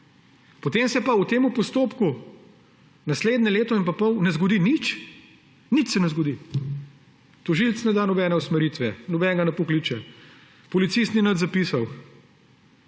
Potem se pa v tem postopku naslednje leto in pol ne zgodi nič. Nič se ne zgodi. Tožilec ne da nobene usmeritve, nobenega ne pokliče. Policist ni nič zapisal.